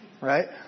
Right